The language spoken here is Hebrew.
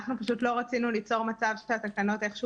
אנחנו פשוט לא רצינו ליצור מצב שהתקנות איכשהו